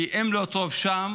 כי אם לא טוב שם